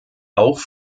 auch